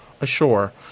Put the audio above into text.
ashore